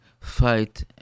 fight